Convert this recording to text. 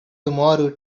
tomorrow